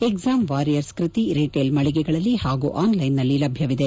ಎಕ್ವಾಮ್ warrior ಕೃತಿ retail ಮಳಿಗೆಗಳಲ್ಲಿ ಹಾಗೂ ಆನ್ಲೈನ್ನಲ್ಲಿ ಲಭ್ಯವಿದೆ